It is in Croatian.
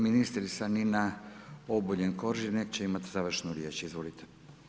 Ministrica Nina Obuljen Koržinek će imati završnu riječ, izvolite.